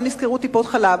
שבהם נסגרו טיפות-חלב.